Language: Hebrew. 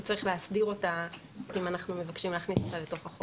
כי צריך להסדיר אותה אם אנחנו מבקשים להכניס אותה לתוך החוק.